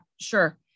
sure